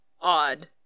odd